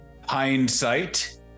hindsight